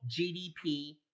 GDP